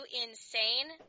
insane